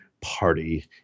party